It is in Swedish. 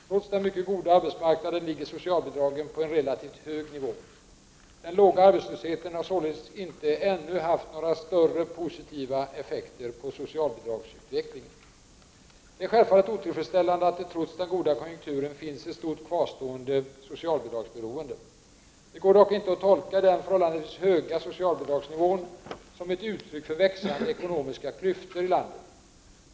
Trots den mycket goda arbetsmarknaden ligger socialbidragen på en relativt hög nivå. Den låga arbetslösheten har således inte ännu haft några större positiva effekter på socialbidragsutvecklingen. Det är självfallet otillfredsställande att det trots den goda konjunkturen finns ett stort kvarstående socialbidragsberoende. Det går dock inte att tolka den förhållandevis höga socialbidragsnivån som ett uttryck för växande ekonomiska klyftor i landet.